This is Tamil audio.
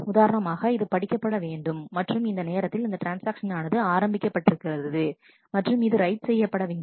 உதாரணமாக இது படிக்கப் படவேண்டும் மற்றும் இந்த நேரத்தில் இந்த ட்ரான்ஸ்ஆக்ஷன் ஆனது ஆரம்பிக்கப்பட்டிருக்கிறது மற்றும் இது ரைட் செய்யப்பட வேண்டும்